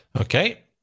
Okay